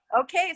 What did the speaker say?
okay